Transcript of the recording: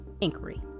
inquiry